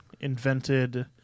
invented